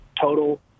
total